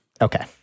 Okay